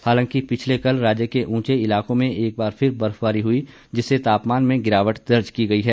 हालांकि पिछले कल राज्य के ऊंचे इलाकों में एक बार फिर बर्फबारी हुई जिससे तापमान में गिरावट दर्ज की गई है